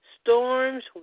storms